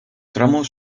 tramos